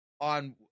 on